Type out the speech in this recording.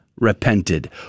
repented